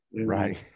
Right